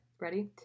Ready